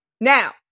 Now